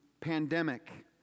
pandemic